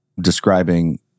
describing